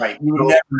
Right